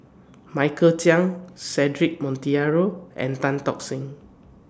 Michael Chiang Cedric Monteiro and Tan Tock Seng